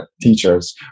teachers